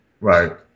Right